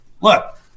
look